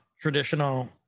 traditional